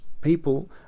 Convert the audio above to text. people